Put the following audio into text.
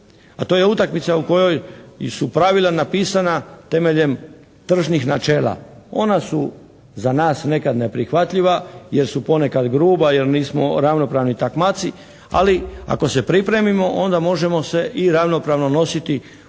a to je utakmica u kojoj su pravila napisana temeljem tržišnih načela. Ona su za nas nekad neprihvatljiva jer su ponekad gruba, jer nismo ravnopravni takmaci, ali ako se pripremimo onda možemo se i ravnopravno nositi u nekoj